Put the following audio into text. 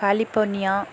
California